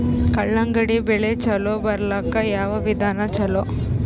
ಕಲ್ಲಂಗಡಿ ಬೆಳಿ ಚಲೋ ಬರಲಾಕ ಯಾವ ವಿಧಾನ ಚಲೋ?